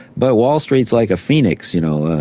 but wall street's like a phoenix you know,